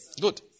Good